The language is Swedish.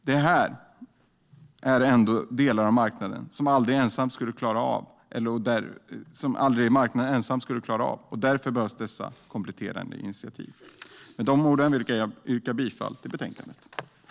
Det här är ändå delar som marknaden ensam aldrig skulle klara av. Därför behövs dessa kompletterande initiativ. Med de orden yrkar jag bifall till utskottets förslag.